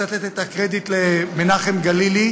רוצה לתת את הקרדיט למנחם גלילי,